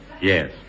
Yes